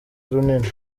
runini